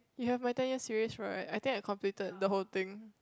you have my ten year series right I think I completed the whole thing